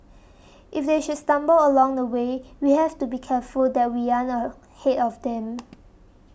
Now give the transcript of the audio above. if they should stumble along the way we have to be careful that we aren't ahead of them